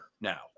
now